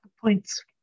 Points